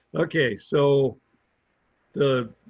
okay, so the